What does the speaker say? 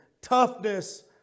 toughness